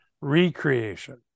recreation